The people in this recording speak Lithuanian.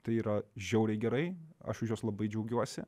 tai yra žiauriai gerai aš už jos labai džiaugiuosi